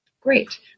great